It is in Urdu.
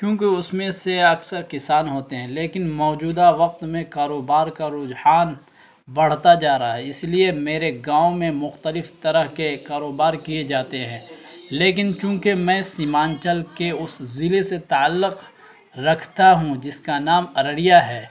کیونکہ اس میں سے اکثر کسان ہوتے ہیں لیکن موجودہ وقت میں کاروبار کا رجحان بڑھتا جا رہا ہے اس لیے میرے گاؤں میں مختلف طرح کے کاروبار کیے جاتے ہیں لیکن چونکہ میں سمانچل کے اس ضلعے سے تعلق رکھتا ہوں جس کا نام ارڑیا ہے